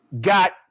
got